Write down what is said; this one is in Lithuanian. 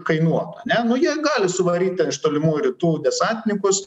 kainuotų ane nu jie gali suvaryt ten iš tolimųjų rytų desantininkus